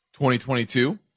2022